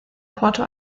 porto